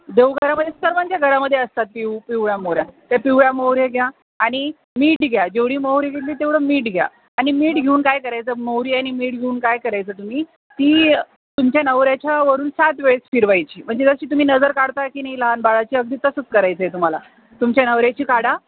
देव घरामध्ये सर्वांच्या घरामध्ये असतात पिव पिवळ्या मोहऱ्या त्या पिवळ्या मोहऱ्या घ्या आणि मीठ घ्या जेवढी मोहरी घेतली तेवढं मीठ घ्या आणि मीठ घेऊन काय करायचं मोहरी आणि मीठ घेऊन काय करायचं तुम्ही ती तुमच्या नवऱ्याच्यावरून सात वेळेस फिरवायची म्हणजे जशी तुम्ही नजर काढत आहे की नाही लहान बाळाची अगदी तसंच करायचं आहे तुम्हाला तुमच्या नवऱ्याची काढा